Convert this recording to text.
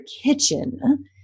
kitchen